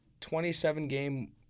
27-game